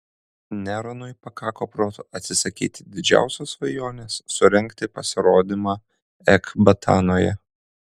neronui pakako proto atsisakyti didžiausios svajonės surengti pasirodymą ekbatanoje